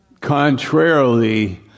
Contrarily